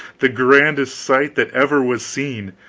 the grandest sight that ever was seen.